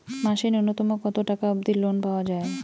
মাসে নূন্যতম কতো টাকা অব্দি লোন পাওয়া যায়?